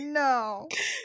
no